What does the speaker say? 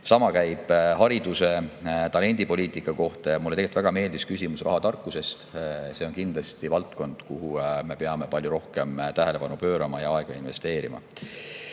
Sama käib haridus- ja talendipoliitika kohta. Mulle tegelikult väga meeldis küsimus rahatarkusest. See on kindlasti valdkond, millele me peame palju rohkem tähelepanu pöörama ja kuhu aega investeerima.